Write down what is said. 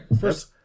first